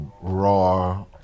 raw